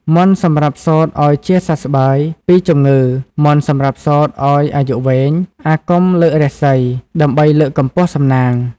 មន្តសម្រាប់សូត្រឱ្យជាសះស្បើយពីជំងឺ មន្តសម្រាប់សូត្រឱ្យអាយុវែង អាគមលើករាសី ដើម្បីលើកកម្ពស់សំណាង។